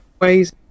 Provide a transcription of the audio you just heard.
ways